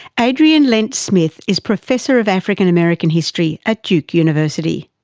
adriane lentz-smith is professor of african american history at duke university.